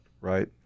right